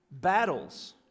battles